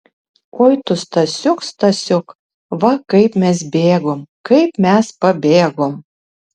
oi tu stasiuk stasiuk va kaip mes bėgom kaip mes pabėgom